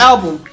Album